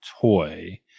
toy